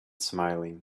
smiling